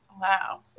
Wow